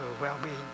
well-being